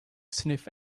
sniff